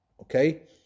okay